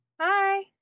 Hi